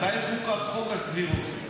מתי חוקק חוק הסבירות?